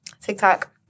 TikTok